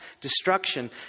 destruction